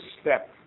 step